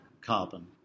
carbon